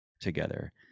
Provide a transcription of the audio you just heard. together